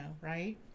right